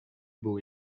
było